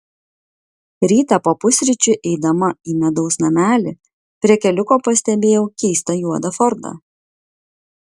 rytą po pusryčių eidama į medaus namelį prie keliuko pastebėjau keistą juodą fordą